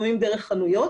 לפעמים דרך חנויות,